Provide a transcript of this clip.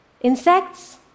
Insects